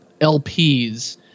LPs